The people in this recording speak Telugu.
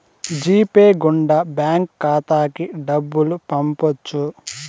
జీ పే గుండా బ్యాంక్ ఖాతాకి డబ్బులు పంపొచ్చు